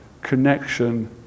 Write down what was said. connection